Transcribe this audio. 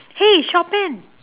!hey! shopping